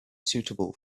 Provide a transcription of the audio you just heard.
suitable